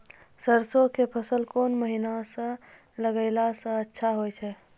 सरसों के फसल कोन महिना म लगैला सऽ अच्छा होय छै?